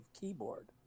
keyboard